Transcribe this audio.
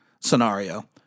scenario